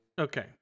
Okay